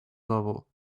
level